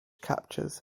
captures